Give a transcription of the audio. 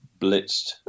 blitzed